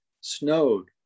snowed